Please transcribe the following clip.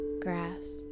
grass